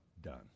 done